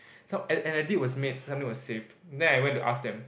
some an edit was made something was saved then I went to ask them